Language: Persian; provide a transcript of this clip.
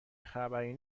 خبری